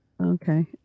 Okay